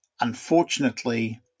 Unfortunately